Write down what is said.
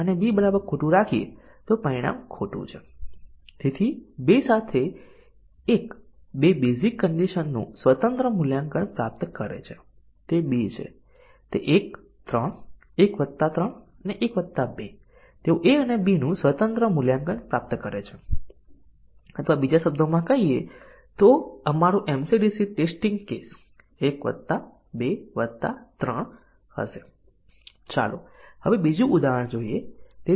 તેથી સામાન્ય રીતે આપણે 25 ની જરૂર પડશે જે આ અભિવ્યક્તિ માટે બહુવિધ કન્ડિશન ના કવરેજને પ્રાપ્ત કરવા માટે 32 ટેસ્ટીંગ કેસ છે પરંતુ શોર્ટ સર્કિટ મૂલ્યાંકન સાથે અમને ફક્ત 13 ટેસ્ટીંગ ના કેસોની જરૂર છે